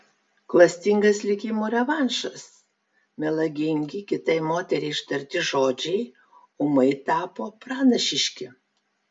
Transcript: klastingas likimo revanšas melagingi kitai moteriai ištarti žodžiai ūmai tapo pranašiški